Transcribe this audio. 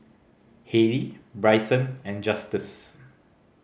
Hailee Bryson and Justus